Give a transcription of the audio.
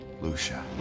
Lucia